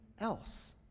else